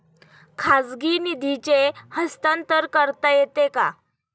खाजगी निधीचे हस्तांतरण करता येते का?